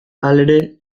halere